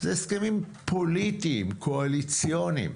זה הסכמים פוליטיים, קואליציוניים.